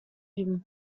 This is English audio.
him